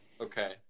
Okay